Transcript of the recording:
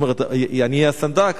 זאת אומרת אני אהיה הסנדק,